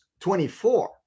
24